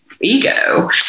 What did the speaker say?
ego